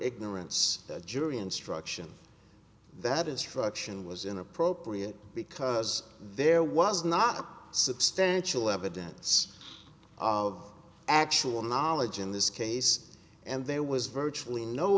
ignorance the jury instruction that instruction was inappropriate because there was not substantial evidence of actual knowledge in this case and there was virtually no